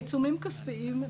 בעיצומים כספיים,